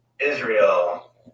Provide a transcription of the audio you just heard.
Israel